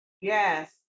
Yes